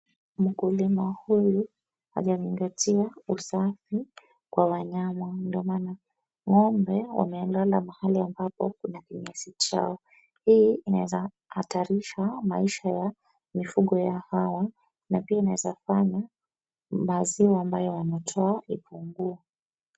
Mkulima huyu hajazingatia usafi kwa wanyama. Ndio maana ng'ombe wamelala mahali ambapo kuna kinyesi chao. Hii inaweza hatarisha maisha ya mifugo yao na pia inaweza fanya maziwa ambayo wanatoa ipungue.